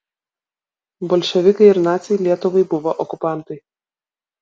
bolševikai ir naciai lietuvai buvo okupantai